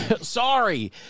sorry